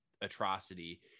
atrocity